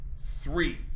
three